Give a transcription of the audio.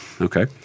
Okay